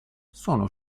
sono